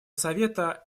совета